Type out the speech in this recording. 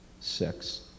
six